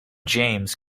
james